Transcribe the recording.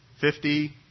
Fifty